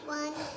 one